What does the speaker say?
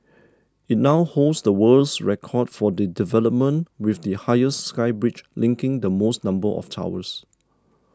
it now holds the world's record for the development with the highest sky bridge linking the most number of towers